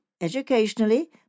educationally